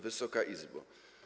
Wysoka Izbo!